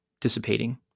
dissipating